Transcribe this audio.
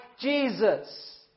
Jesus